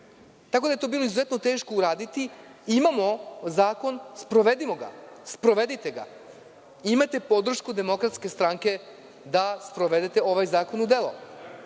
je bilo izuzetno teško uraditi. Imamo zakon, sprovedimo ga, sprovedite ga. Imate podršku DS da sprovedete ovaj zakon u delo.